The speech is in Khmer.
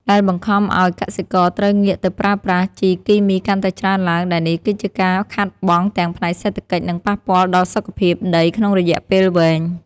ដែលបង្ខំឱ្យកសិករត្រូវងាកទៅប្រើប្រាស់ជីគីមីកាន់តែច្រើនឡើង ដែលនេះគឺជាការខាតបង់ទាំងផ្នែកសេដ្ឋកិច្ច និងប៉ះពាល់ដល់សុខភាពដីក្នុងរយៈពេលវែង។